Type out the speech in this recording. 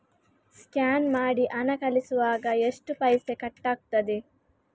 Scan ಮಾಡಿ ಹಣ ಕಳಿಸುವಾಗ ಎಷ್ಟು ಪೈಸೆ ಕಟ್ಟಾಗ್ತದೆ?